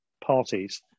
parties